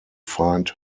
find